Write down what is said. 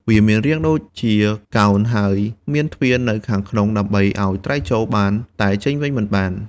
វាមានរាងដូចជាកោណហើយមានទ្វារនៅខាងក្នុងដើម្បីឲ្យត្រីចូលបានតែចេញវិញមិនបានទេ។